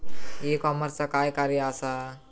E कॉमर्सचा कार्य काय असा?